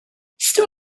still